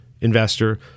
investor